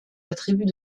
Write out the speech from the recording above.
attributs